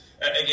Again